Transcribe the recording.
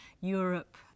Europe